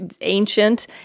ancient